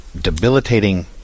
debilitating